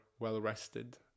well-rested